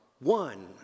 one